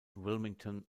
wilmington